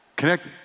Connect